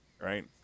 right